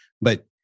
But-